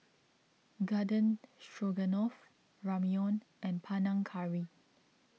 Garden Stroganoff Ramyeon and Panang Curry